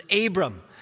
Abram